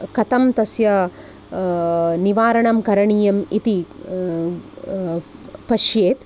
कथं तस्य निवारणं करणीयम् इति पश्येत्